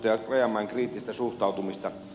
rajamäen kriittistä suhtautumista